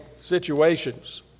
situations